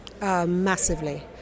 Massively